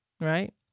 right